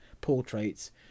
portraits